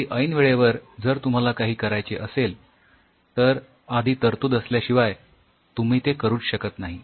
अगदी ऐन वेळेवर जर तुम्हाला काही करायचे असेल तर आधी तरतूद असल्याशिवाय तुम्ही ते करूच शकत नाही